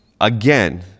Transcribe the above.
again